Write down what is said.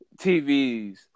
TVs